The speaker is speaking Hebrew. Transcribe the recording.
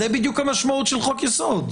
זאת בדיוק המשמעות של חוק יסוד.